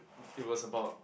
it was about